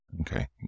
Okay